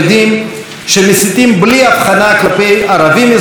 שמסיתים בלי הבחנה כלפי ערבים אזרחי ישראל,